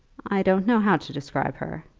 i don't know how to describe her,